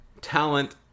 talent